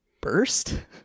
Burst